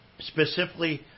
specifically